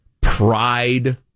Pride